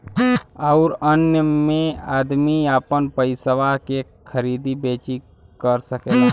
अउर अन्य मे अदमी आपन पइसवा के खरीदी बेची कर सकेला